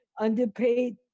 underpaid